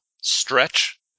stretch